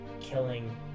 killing